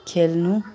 खेल्नु